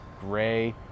gray